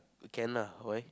we can ah why